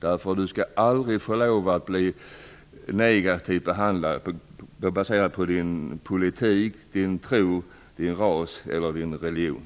Ingen skall behandlas negativt baserat på politisk uppfattning, tro, ras eller religion.